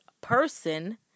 person